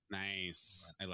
Nice